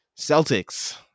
Celtics